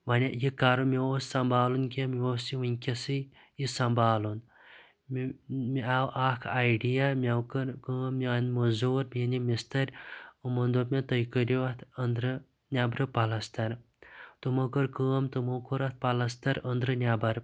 وَنہِ یہِ کَرُن مےٚ اُوس سَنبالُن کِینٛہہ مےٚ اوس یہِ ونکیٚسٕے یہِ سَنبالُن مےٚ مےٚ آو اَکھ آیڈِیا مےٚ کٔر کٲم مےٚ أنۍ موٚزوٗر بیٚیہِ أنِم مِستٕرۍ یِمَن دوٚپ مےٚ تُہۍ کٔرِو اَتھ أنٛدرٕ نؠبرٕ پَلستَر تِمو کٔر کٲم تِمو کوٚر اَتھ پلَستر أنٛدرٕ نؠبر